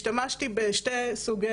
השתמשתי בשני סוגי